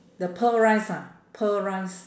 the pearl rice ah pearl rice